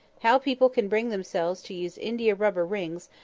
how people can bring themselves to use india-rubber rings,